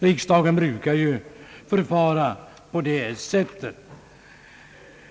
Riksdagen brukar ju förfara på det sättet.